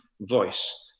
voice